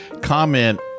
comment